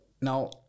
Now